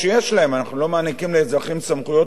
אנחנו לא מעניקים לאזרחים סמכויות של שוטרים,